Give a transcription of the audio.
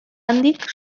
handik